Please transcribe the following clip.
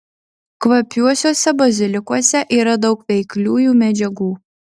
kvapiuosiuose bazilikuose yra daug veikliųjų medžiagų